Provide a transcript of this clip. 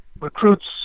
recruits